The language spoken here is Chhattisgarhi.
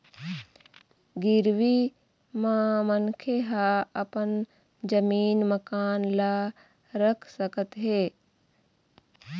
गिरवी म मनखे ह अपन जमीन, मकान ल रख सकत हे